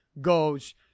goes